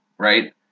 right